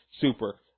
super